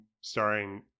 starring